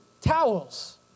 towels